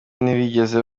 ntibigeze